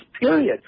period